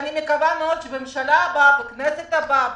ואני מקווה מאוד שבממשלה הבאה, בכנסת הבאה,